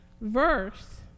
verse